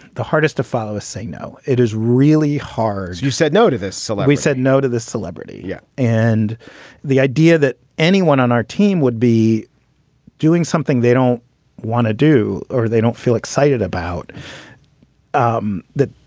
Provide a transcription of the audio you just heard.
the hardest to follow is say no. it is really hard. you said no to this. so we said no to this celebrity yeah and the idea that anyone on our team would be doing something they don't want to do or they don't feel excited about um that.